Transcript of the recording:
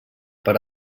per